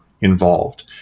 involved